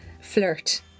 flirt